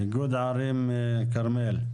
איגוד ערים כרמל.